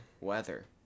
weather